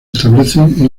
establecen